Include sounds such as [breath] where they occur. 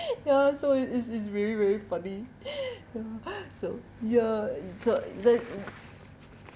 [breath] ya so it it's it's very very funny [breath] ya [breath] so ya and so the